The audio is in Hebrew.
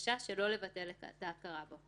בקשה שלא לבטל את ההכרה בו,